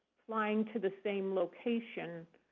flying to the same location,